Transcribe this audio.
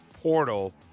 Portal